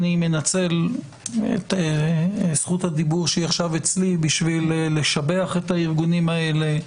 אני מנצל את זכות הדיבור שהיא עכשיו אצלי בשביל לשבח את הארגונים האלה,